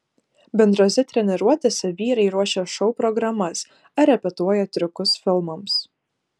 bendrose treniruotėse vyrai ruošia šou programas ar repetuoja triukus filmams